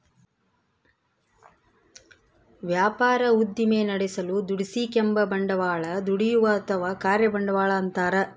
ವ್ಯಾಪಾರ ಉದ್ದಿಮೆ ನಡೆಸಲು ದುಡಿಸಿಕೆಂಬ ಬಂಡವಾಳ ದುಡಿಯುವ ಅಥವಾ ಕಾರ್ಯ ಬಂಡವಾಳ ಅಂತಾರ